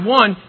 one